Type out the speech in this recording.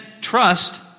trust